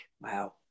wow